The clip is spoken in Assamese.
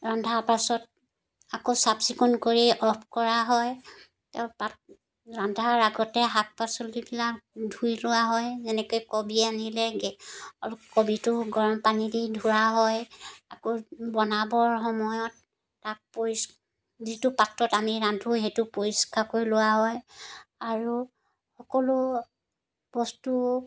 ৰন্ধাৰ পাছত আকৌ চাফ চিকুণ কৰি অফ কৰা হয় তাৰপৰা ৰান্ধাৰ আগতে শাক পাচলিবিলাক ধুই লোৱা হয় যেনেকৈ কবি আনিলে অলপ কবিটো গৰম পানীদি ধোৱা হয় আকৌ বনাবৰ সময়ত তাক পৰিষ যিটো পাত্ৰত আমি ৰান্ধোঁ সেইটো পৰিষ্কাৰকৈ লোৱা হয় আৰু সকলো বস্তু